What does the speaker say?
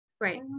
Right